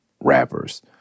rappers